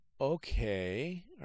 okay